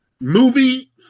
Movie